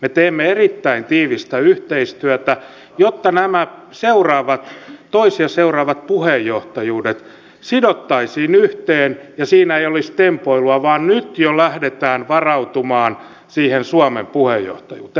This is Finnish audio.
me teimme erittäin tiivistä yhteistyötä jotta nämä toisia seuraavat puheenjohtajuudet sidottaisiin yhteen ja siinä ei olisi tempoilua vaan nyt jo lähdetään varautumaan siihen suomen puheenjohtajuuteen